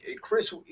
Chris